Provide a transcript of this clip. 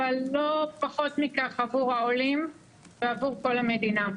אבל לא פחות מכך עבור העולים, ועבור כל המדינה.